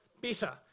better